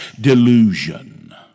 delusion